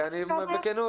אני מתנצל,